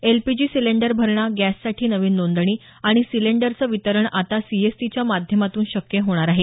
LPG cylinder भरणा गॅससाठी नवीन नोंदणी आणि सिलेंडरचं वितरण आता सीएससीच्या माध्यमातून शक्य होणार आहे